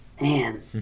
Man